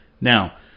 Now